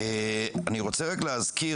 אני רוצה רק להזכיר,